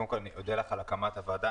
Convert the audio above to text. קודם כל, אני מודה לך על הקמת הוועדה.